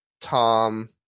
tom